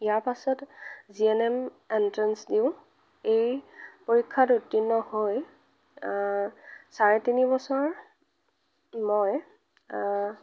ইয়াৰ পিছত G N M entrance দিওঁ দি পৰীক্ষাত উত্তীৰ্ণ হৈ চাৰে তিনি বছৰ মই